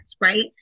right